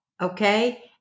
okay